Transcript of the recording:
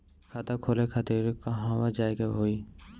खाता खोले खातिर कहवा जाए के होइ?